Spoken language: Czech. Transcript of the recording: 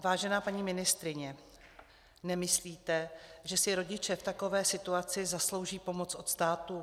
Vážená paní ministryně, nemyslíte, že si rodiče v takové situaci zaslouží pomoc od státu?